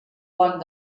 pont